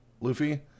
Luffy